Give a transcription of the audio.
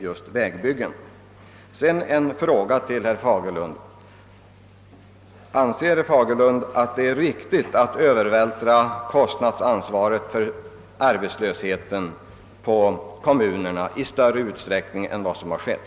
Sedan vill jag ställa en fråga till herr Fagerlund: Anser herr Fagerlund att det är riktigt att beträffande arbetslöshetsarbeten övervältra kostnadsansvaret på kommunerna i större utsträckning än vad som har skett?